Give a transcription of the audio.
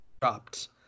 dropped